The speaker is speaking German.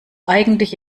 eigentlich